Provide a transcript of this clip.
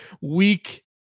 week